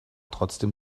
trotzdem